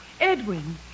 Edwin